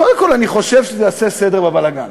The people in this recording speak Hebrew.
קודם כול, אני חושב שזה יעשה סדר בבלגן,